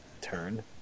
turn